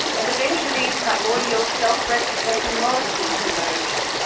and eventually, primordial self-replicating molecules emerged,